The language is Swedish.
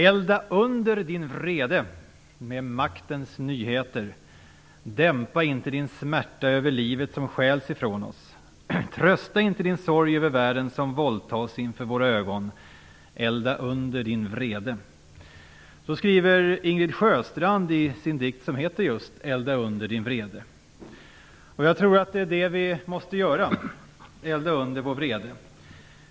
Elda under din vrede med maktens nyheter Dämpa inte din smärta över livet som stjäls ifrån oss Trösta inte din sorg över världen som våldtas inför våra ögon Elda under din vrede Så skriver Ingrid Sjöstrand i sin dikt som heter just Elda under din vrede, och jag tror att det vi måste göra just är att elda under vår vrede.